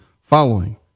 following